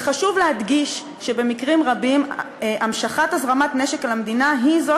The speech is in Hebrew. וחשוב להדגיש שבמקרים רבים המשכת הזרמת נשק למדינה היא זו